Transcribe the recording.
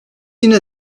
yine